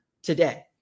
today